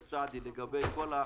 קיבלנו,